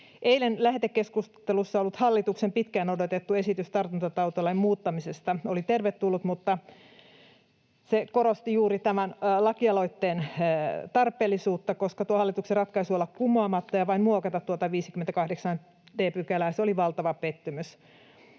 Eilen lähetekeskustelussa ollut hallituksen pitkään odotettu esitys tartuntatautilain muuttamisesta oli tervetullut, mutta se korosti juuri tämän lakialoitteen tarpeellisuutta, koska tuo hallituksen ratkaisu olla kumoamatta ja vain muokata tuota 58 d §:ää oli valtava pettymys.